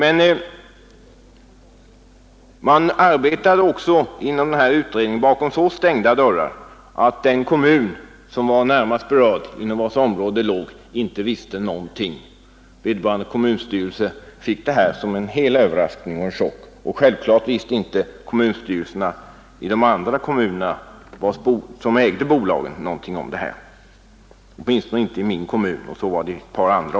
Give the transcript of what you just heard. Inom denna utredning arbetade man emellertid bakom så stängda dörrar att den kommun, inom vilken detta område låg, inte visste någonting; för kommunstyrelsen var detta helt en överraskning, och det kom som en chock. Kommunstyrelserna i de andra kommuner som ägde bolaget visste självfallet inte någonting — åtminstone gällde det min kommun och även ett par andra.